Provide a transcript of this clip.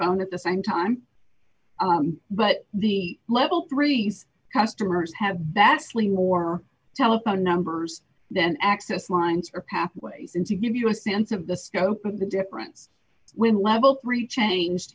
phone at the same time but the level three customers have besley more telephone numbers than access lines or pathways and to give you a sense of the scope of the difference when level three changed